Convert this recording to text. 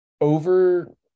over